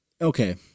okay